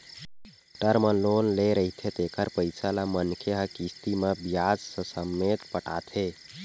term loan ले रहिथे तेखर पइसा ल मनखे ह किस्ती म बियाज ससमेत पटाथे